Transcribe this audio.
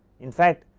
in fact,